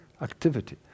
activity